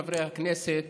חבר הכנסת